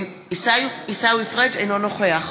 אינו נוכח